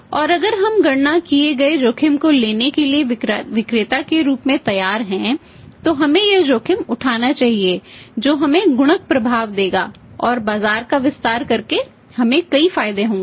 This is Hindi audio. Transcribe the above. और अगर हम गणना किए गए जोखिम को लेने के लिए विक्रेता के रूप में तैयार हैं तो हमें यह जोखिम उठाना चाहिए जो हमें गुणक प्रभाव देगा और बाजार का विस्तार करके हमें कई फायदे होंगे